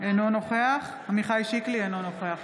אינו נוכח עמיחי שיקלי, אינו נוכח